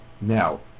now